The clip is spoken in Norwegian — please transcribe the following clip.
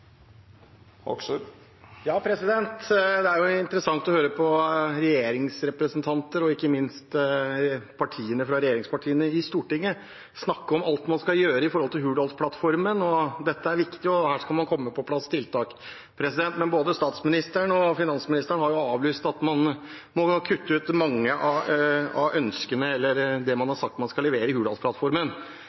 Det er interessant å høre regjeringens representanter, og ikke minst regjeringspartiene i Stortinget, snakke om alt man skal gjøre i henhold til Hurdalsplattformen – dette er viktig, og her skal det komme på plass tiltak. Men både statsministeren og finansministeren har avlyst og sagt at man må kutte ut mange av ønskene, eller det man i Hurdalsplattformen har sagt man skal levere.